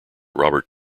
robert